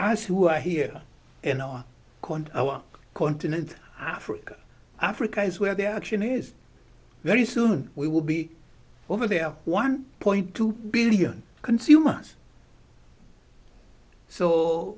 us who are here and on our continent africa africa is where the action is very soon we will be over there one point two billion consumers s